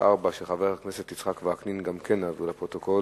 חבר הכנסת ישראל חסון שאל את השר לביטחון פנים ביום י' בחשוון